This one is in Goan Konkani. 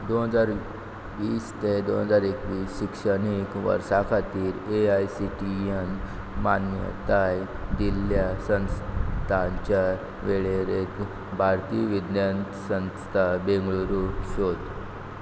दोन हजार वीस ते दोन हजार एकवीस शिक्षणीक वर्सा खातीर एआयसीटीईन मान्यताय दिल्ल्या संस्थांच्या वेळेरेंत भारतीय विज्ञान संस्था बेंगळुरू सोद